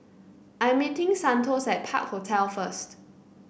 I'm meeting Santos at Park Hotel first